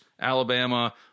Alabama